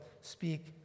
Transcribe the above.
speak